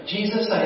Jesus